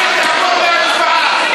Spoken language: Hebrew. תעבור להצבעה.